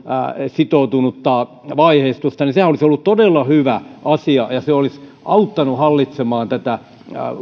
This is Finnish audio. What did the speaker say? sitoutunut vaiheistus niin sehän olisi ollut todella hyvä asia ja se olisi auttanut hallitsemaan tätä